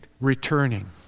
returning